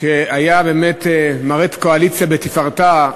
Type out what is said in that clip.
שמראה את הקואליציה בתפארתה,